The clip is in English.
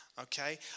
Okay